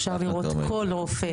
אפשר לראות כל רופא